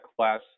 class